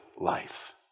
life